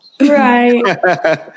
Right